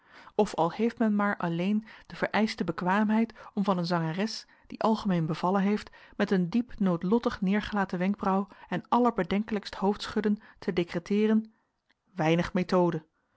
of al heeft men maar alleen de vereischte bekwaamheid om van een zangeres die algemeen bevallen heeft met een diep noodlottig neergelaten wenkbrauw en allerbedenkelijkst hoofdschudden te decreteeren weinig methode